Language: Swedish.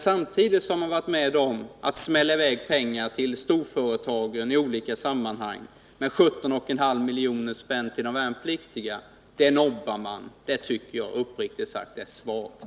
Samtidigt har man varit med om att ”smälla i väg” pengar till storföretagen i olika sammanhang men 17,5 milj.kr. till de värnpliktiga nobbar man. Det tycker jag uppriktigt sagt är svagt.